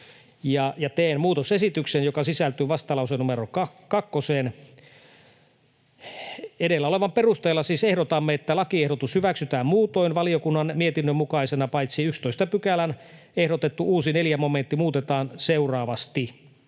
teen muutosesityksen, joka sisältyy vastalauseeseen numero 2. ”Edellä olevan perusteella siis ehdotamme, että lakiehdotus hyväksytään muutoin valiokunnan mietinnön mukaisena paitsi 11 §:n ehdotettu uusi 4 momentti muutetaan seuraavasti: